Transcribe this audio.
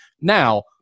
Now